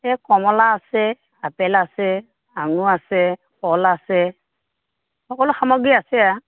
এই কমলা আছে আপেল আছে আঙুৰ আছে কল আছে সকলো সামগ্ৰী আছে আ